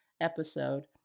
episode